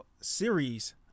series